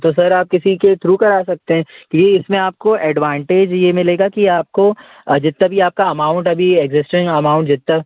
तो सर आप किसी के थ्रू करा सकते हैं ये इसमें आपको एडवांटेज ये मिलेगा कि आपको जितना भी आपका अमाउंट अभी एक्ज़िस्टिंग अमाउंट जितना